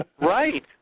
Right